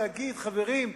ויגיד: חברים,